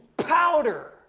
powder